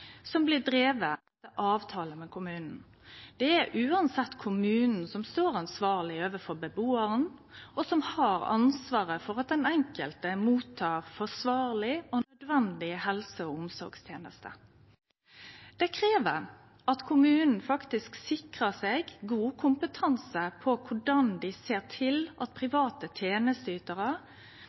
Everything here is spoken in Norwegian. som blir driven etter avtale med kommunen. Det er uansett kommunen som står ansvarleg overfor bebuaren, og som har ansvaret for at den enkelte får forsvarlege og nødvendige helse- og omsorgstenester. Det krev at kommunane faktisk sikrar seg god kompetanse på korleis dei ser til at private